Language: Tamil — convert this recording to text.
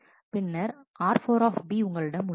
பின்னர்r4 உங்களிடம் உள்ளது